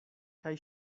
kaj